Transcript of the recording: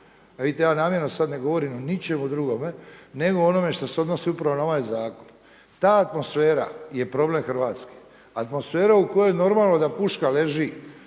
ja namjerno sad ne govorim o ničemu drugome nego o onome što se odnosi upravo na ovaj zakon. Ta atmosfera je problem Hrvatske. Atmosfera u kojoj normalno da puška leži